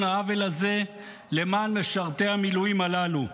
העוול הזה למען משרתי המילואים הללו.